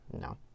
No